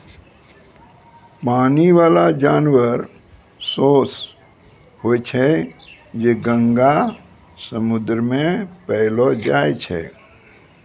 पानी बाला जानवर सोस होय छै जे गंगा, समुन्द्र मे पैलो जाय छै